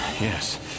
Yes